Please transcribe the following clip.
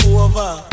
over